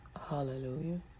Hallelujah